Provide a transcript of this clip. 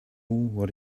what